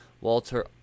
Walter